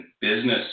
business